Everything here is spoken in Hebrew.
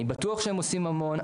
אני בטוח שהם עושים המון,